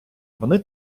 вони